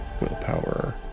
willpower